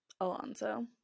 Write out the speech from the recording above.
Alonso